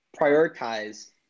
prioritize